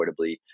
affordably